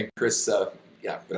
ah chris, ah yeah, but